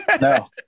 No